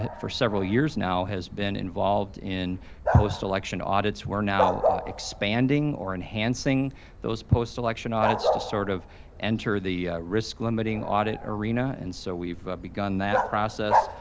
for several years now, has been involved in postelection audits. we're now expanding or enhancing those postelection audits to sort of enter the risk-limiting audit arena, and so we've begun that process,